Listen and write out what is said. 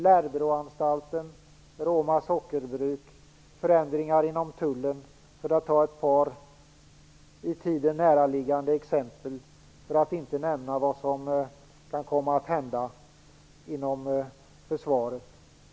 Några i tiden näraliggande exempel är Lärbroanstalten, Roma sockerbruk och gjorda förändringar inom tullen, för att inte nämna vad som kan komma att hända inom försvaret.